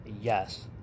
Yes